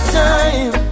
time